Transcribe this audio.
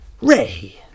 Ray